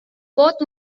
both